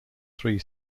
three